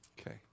Okay